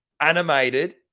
animated